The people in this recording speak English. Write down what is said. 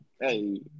Hey